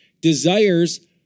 desires